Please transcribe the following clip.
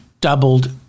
doubled